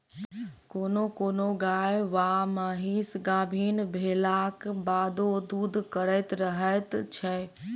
कोनो कोनो गाय वा महीस गाभीन भेलाक बादो दूध करैत रहैत छै